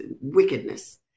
wickedness